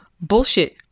Bullshit